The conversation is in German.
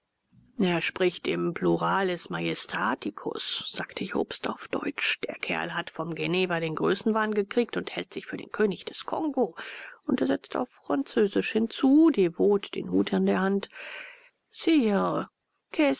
er spricht im pluralis majestatikus sagte jobst auf deutsch der kerl hat vom genever den größenwahn gekriegt und hält sich für den könig des kongo und er setzte auf französisch hinzu devot den hut in der hand